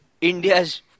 India's